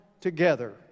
together